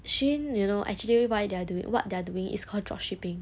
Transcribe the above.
shein you know actually why they are doing what they're doing is called dropshipping